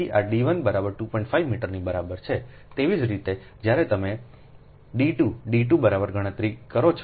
5 મીટરની બરાબર છે તેવી જ રીતે જ્યારે તમે d 2 d 2 બરાબર ગણતરી કરો છો